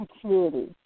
security